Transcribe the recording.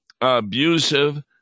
abusive